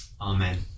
Amen